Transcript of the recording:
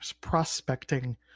prospecting